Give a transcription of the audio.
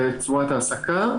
בצורת ההעסקה,